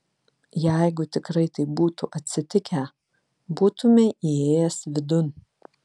jeigu tikrai taip būtų atsitikę būtumei įėjęs vidun